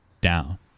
down